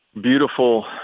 beautiful